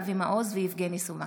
אבי מעוז ויבגני סובה